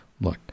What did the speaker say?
Look